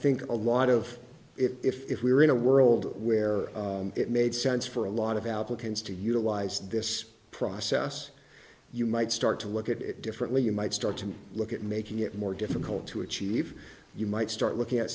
think a lot of it if we were in a world where it made sense for a lot of applicants to utilize this process you might start to look at it differently you might start to look at making it more difficult to achieve you might start looking at